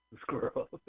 squirrel